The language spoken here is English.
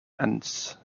ends